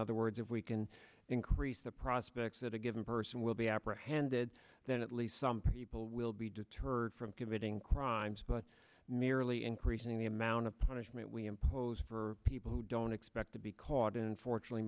other words if we can increase the prospects that a given person will be apprehended then at least some people will be deterred from committing crimes but merely increasing the amount of punishment we impose for people who don't expect to be caught in unfortunately